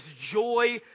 joy